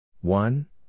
One